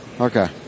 Okay